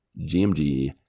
GMG